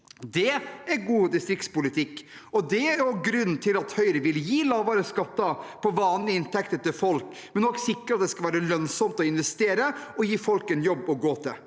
Det er god distriktspolitikk, og det er også grunnen til at Høyre vil gi lavere skatter på vanlige inntekter til folk, men også sikre at det skal være lønnsomt å investere og gi folk en jobb å gå til.